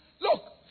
Look